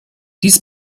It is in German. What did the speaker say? dies